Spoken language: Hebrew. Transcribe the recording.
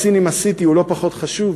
ה"סינמה-סיטי" הוא לא פחות חשוב